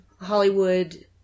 Hollywood